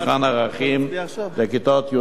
לכיתות י"א י"ב.